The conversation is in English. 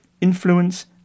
influence